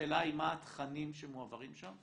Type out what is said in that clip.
השאלה היא מה התכנים שמועברים שם.